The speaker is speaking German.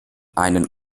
einen